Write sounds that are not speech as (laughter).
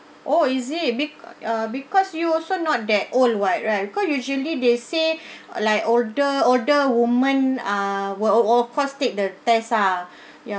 oh is it be~ (noise) uh because you also not that old what right because usually they say (breath) uh like older older woman uh will will of course take the test ah (breath) ya